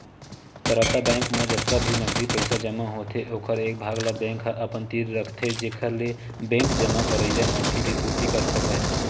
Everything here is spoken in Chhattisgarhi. तरलता बेंक म जतका भी नगदी पइसा जमा होथे ओखर एक भाग ल बेंक ह अपन तीर रखथे जेखर ले बेंक जमा करइया मनखे के पुरती कर सकय